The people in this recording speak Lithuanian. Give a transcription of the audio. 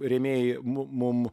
rėmėjai mu mum